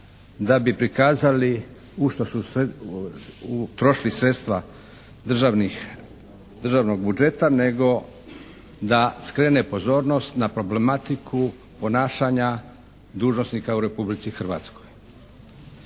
da bi prikazali u što se utrošila sredstva državnog budžeta nego da skrene pozornost na problematiku ponašanja dužnosnika u Republici Hrvatskoj.